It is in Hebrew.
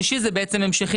זה ההמשכי,